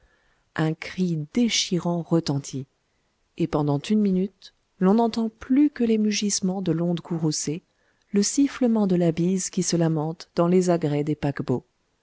un cri déchirant retentit et pendant une minute l'on n'entend plus que les mugissements de l'onde courroucée le sifflement de la bise qui se lamente dans les agrès des paquebots